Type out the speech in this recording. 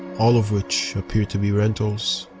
all of which appeared to be rentals.